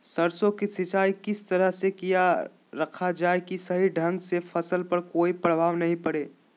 सरसों के सिंचाई किस तरह से किया रखा जाए कि सही ढंग से फसल पर कोई प्रभाव नहीं पड़े?